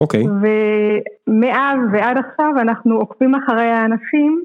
ומאז ועד עכשיו אנחנו עוקבים אחרי הענפים.